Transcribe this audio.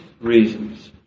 reasons